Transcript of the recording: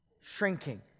shrinking